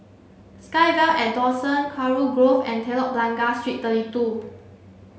SkyVille at Dawson Kurau Grove and Telok Blangah Street thirty two